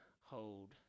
hold